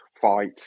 fight